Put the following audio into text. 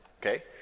Okay